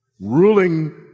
ruling